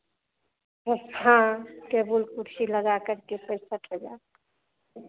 हाँ टेबुल कुर्सी लगाकर के पैंसठ हज़ार